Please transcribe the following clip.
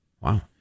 Wow